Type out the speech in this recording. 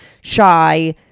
shy